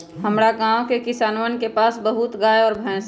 हमरा गाँव के किसानवन के पास बहुत गाय और भैंस हई